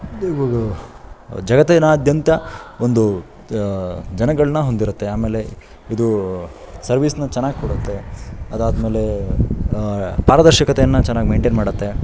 ದೇವಾಗ ಜಗತ್ತಿನಾದ್ಯಂತ ಒಂದು ಜ ಜನಗಳನ್ನ ಹೊಂದಿರುತ್ತೆ ಆಮೇಲೆ ಇದು ಸರ್ವಿಸ್ನ ಚೆನ್ನಾಗಿ ಕೊಡುತ್ತೆ ಅದಾದ್ಮೇಲೆ ಪಾರದರ್ಶಕತೆಯನ್ನು ಚೆನ್ನಾಗಿ ಮೈಂಟೇನ್ ಮಾಡುತ್ತೆ